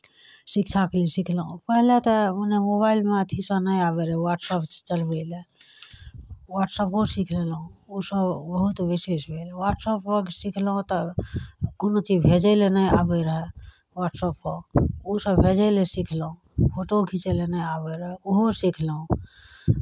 शिक्षाकेँ सिखलहुँ पहिले तऽ ओन्नऽ मोबाइलमे अथी सभ नहि आबै रहै ह्वाट्सअप चलबै लए ह्वाट्सअपो सीख लेलहुँ ओसभ बहुत विशेष भेल ह्वाट्सअप सिखलहुँ तऽ कोनो चीज भेजय लए नहि आबैत रहए ह्वाट्सअपपर ओसभ भेजय लए सिखलहुँ फोटो खीचय लेल नहि आबैत रहए ओहो सिखलहुँ